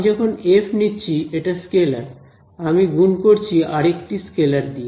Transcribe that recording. আমি যখন এফ নিচ্ছি এটা স্কেলার আমি গুন করছি আরেকটি স্কেলার দিয়ে